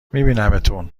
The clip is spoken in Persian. میبینمتون